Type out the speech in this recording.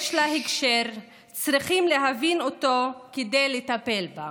יש לה הקשר, וצריכים להבין אותו כדי לטפל בה.